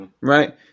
Right